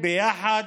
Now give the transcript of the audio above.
2.5 מיליארד,